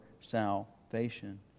salvation